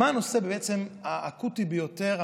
מה הנושא האקוטי ביותר,